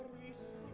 peace